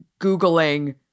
Googling